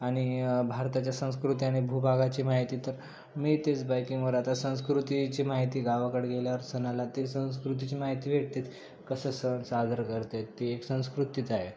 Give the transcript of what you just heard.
आणि भारताच्या संस्कृती आणि भूभागाची माहिती तर मिळतेच बाईकिंगवर आता संस्कृतीची माहिती गावाकडे गेल्यावर सणाला ते संस्कृतीची माहिती भेटते कसं सण सादर करतात ती एक संस्कृतीच आहे